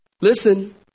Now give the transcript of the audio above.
Listen